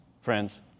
friends